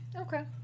okay